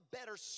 better